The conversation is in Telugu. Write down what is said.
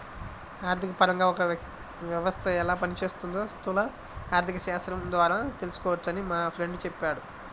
ఆర్థికపరంగా ఒక వ్యవస్థ ఎలా పనిచేస్తోందో స్థూల ఆర్థికశాస్త్రం ద్వారా తెలుసుకోవచ్చని మా ఫ్రెండు చెప్పాడు